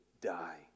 Die